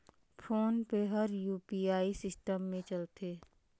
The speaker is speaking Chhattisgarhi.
फोन पे हर यू.पी.आई सिस्टम मे चलथे